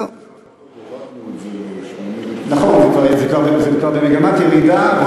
הורדנו את זה, נכון, זה כבר במגמת ירידה.